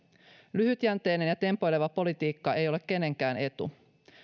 lyhytjänteinen ja tempoileva politiikka ei ole kenenkään etu